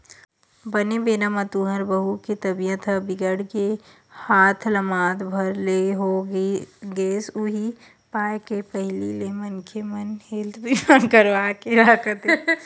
बने बेरा म तुँहर बहू के तबीयत ह बिगड़ गे हाथ लमात भर ले हो गेस उहीं पाय के पहिली ले मनखे मन हेल्थ बीमा करवा के रखत हे